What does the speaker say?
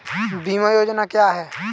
बीमा योजना क्या है?